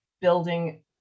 building